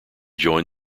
joined